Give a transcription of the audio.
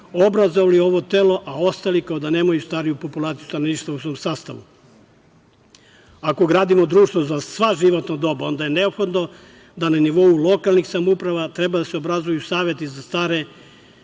obrazovali ovo telo, a ostali kao da nemaju stariju populaciju stanovništva u svom sastavu. Ako gradimo društvo za sva životna doba, onda je neophodno da na nivou lokalnih samouprava treba da se obrazuju saveti za stare,